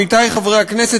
עמיתי חברי הכנסת,